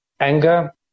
Anger